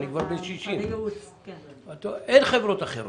אין חברות אחרות.